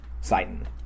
Satan